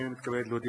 הנני מתכבד להודיע,